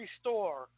Store